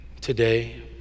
today